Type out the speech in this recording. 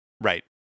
Right